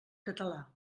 català